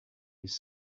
his